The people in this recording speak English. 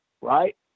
right